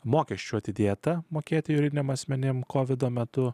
mokesčių atidėta mokėti juridiniam asmenim kovido metu